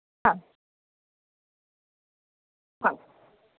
હા હા